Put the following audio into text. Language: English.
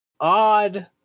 odd